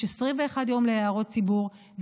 יש 21 יום להערות הציבור,